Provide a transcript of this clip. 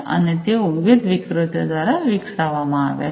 અને તેઓ વિવિધ વિક્રેતાઓ દ્વારા વિકસાવવામાં આવ્યા છે